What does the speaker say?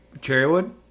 Cherrywood